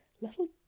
little